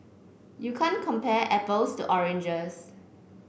you can't compare apples to oranges